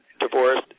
divorced